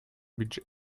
budget